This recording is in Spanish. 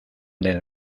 del